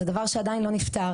זה דבר שעדיין לא נפתר.